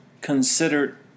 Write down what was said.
considered